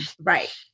right